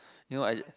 new ideas